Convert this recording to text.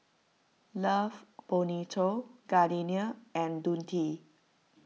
Love Bonito Gardenia and Dundee